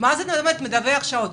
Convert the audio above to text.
מה זה אומר מדווח שעות?